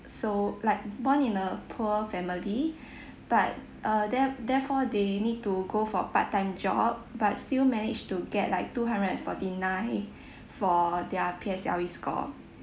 so like born in a poor family but uh there~ therefore they need to go for part time job but still managed to get like two hundred and forty nine for their P_S_L_E score